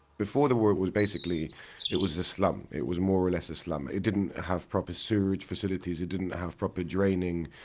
before the war, it was basically it was a slum. it was more or less a slum. it didn't have proper sewerage facilities, it didn't have proper draining.